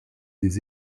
des